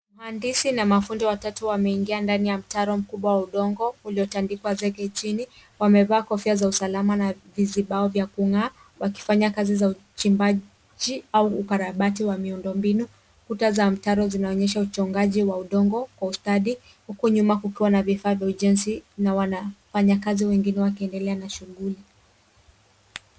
Wahandisi na mafundi watatu wameingia ndani ya mtaro wa udongo ulio andikwa zege chini. Amevaa kofia za usalama na vizibao vya kung'aa wakifanya kazi za uchimbaji au ukarabati wa miundo mbinu. Kuta za mtaro zinaonyesha uchongajibwa wa wa udongo kwa ustadi huku nyuma kukiwa na vifaa vya ujenzi na wanafanya kazi wengine wakiendelea na shughuli.